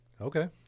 okay